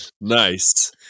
Nice